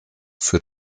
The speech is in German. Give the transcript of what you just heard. für